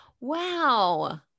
Wow